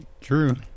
True